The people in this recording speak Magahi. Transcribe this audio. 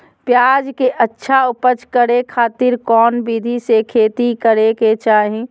प्याज के अच्छा उपज करे खातिर कौन विधि से खेती करे के चाही?